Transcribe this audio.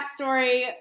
backstory